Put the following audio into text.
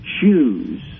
choose